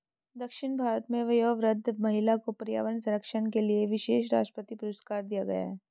दक्षिण भारत में वयोवृद्ध महिला को पर्यावरण संरक्षण के लिए विशेष राष्ट्रपति पुरस्कार दिया गया है